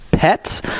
Pets